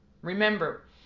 Remember